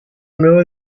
nuevo